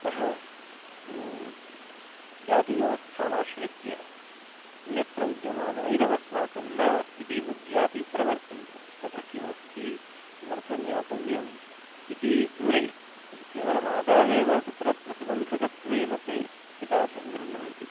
अतः जातिव्यवस्थामाश्रित्य अन्यत्र विद्यमाना इदमस्माकं न इति बुद्ध्यापि प्रवर्तन्ते तत्र किमस्ति किमर्थं ज्ञातव्यम् इति दूरे तत् केवलमादावेव तत्र प्रतिबन्धकत्वेन ते एतादृशं गृह्णन्ति